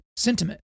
sentiment